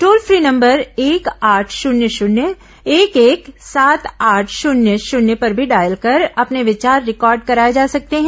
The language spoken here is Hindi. टोल फ्री नंबर एक आठ शन्य शन्य एक एक सात आठ शन्य शन्य पर भी डॉयल कर अपने विचार रिकॉर्ड कराए जा सकते हैं